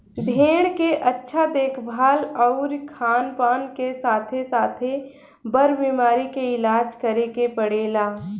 भेड़ के अच्छा देखभाल अउरी खानपान के साथे साथे, बर बीमारी के इलाज करे के पड़ेला